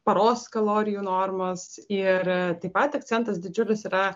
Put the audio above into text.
paros kalorijų normas ir taip pat akcentas didžiulis yra